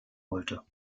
wollte